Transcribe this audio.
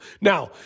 Now